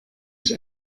ich